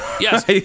yes